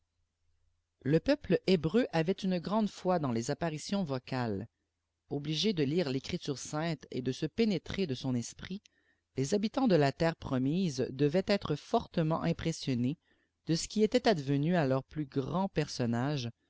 le peuple hébrev avait une grande foi dans les apparitioib vo cales obligés de lire fecriture sainte et de se pénétrer de son esprit les habitants de la terre promise devaient être fortement impressionnés de ce qui était advenu à leurs plus grands jfersonnage